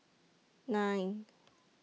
nine